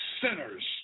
sinners